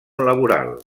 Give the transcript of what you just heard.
laboral